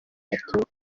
abatutsi